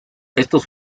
estos